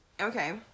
Okay